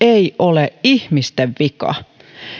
ei ole ihmisten vika